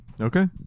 Okay